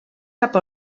cap